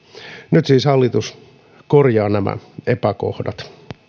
nyt siis hallitus korjaa nämä epäkohdat